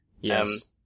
Yes